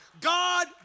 God